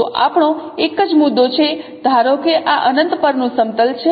તો આપણો એક જ મુદ્દો છે ધારો કે આ અનંત પરનું સમતલ છે